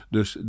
Dus